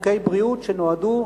חוקי בריאות, שנועדו